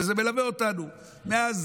וזה מלווה אותנו מאז